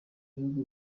bihugu